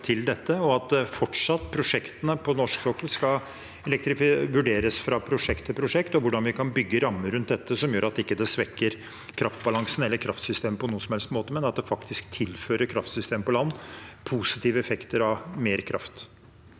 – at prosjektene på norsk sokkel fortsatt skal vurderes fra prosjekt til prosjekt, og hvordan vi kan bygge rammer rundt dette som gjør at det ikke svekker kraftbalansen eller kraftsystemet på noen som helst måte, men faktisk tilfører kraftsystemet på land positive effekter av mer kraft.